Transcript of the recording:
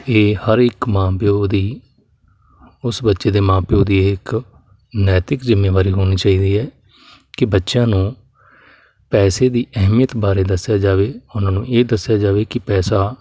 ਇਹ ਹਰ ਇੱਕ ਮਾਂ ਪਿਓ ਦੀ ਉਸ ਬੱਚੇ ਦੇ ਮਾਂ ਪਿਓ ਦੀ ਇੱਕ ਨੈਤਿਕ ਜ਼ਿੰਮੇਵਾਰੀ ਹੋਣੀ ਚਾਹੀਦੀ ਹੈ ਕਿ ਬੱਚਿਆਂ ਨੂੰ ਪੈਸੇ ਦੀ ਅਹਿਮੀਅਤ ਬਾਰੇ ਦੱਸਿਆ ਜਾਵੇ ਉਹਨਾਂ ਨੂੰ ਇਹ ਦੱਸਿਆ ਜਾਵੇ ਕਿ ਪੈਸਾ